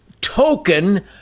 token